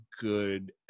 good